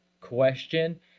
question